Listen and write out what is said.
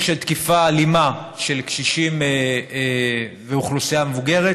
של תקיפה אלימה של קשישים ואוכלוסייה מבוגרת,